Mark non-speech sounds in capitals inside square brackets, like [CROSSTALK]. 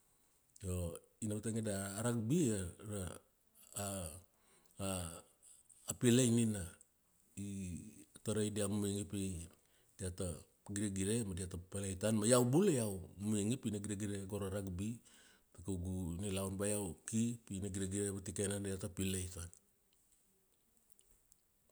Io, ina vatangia bea rugby ia, [HESITATION] a pilai nina a tarai dia mamainge pi diata giregire ma diata pilai tana ma iau bula iau mamainge pina giregire go ra rugby ta kaugu nilaun. Bea iau ki, pi na giregire vatikena diata pilai tana.